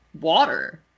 water